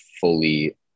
fully –